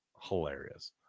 hilarious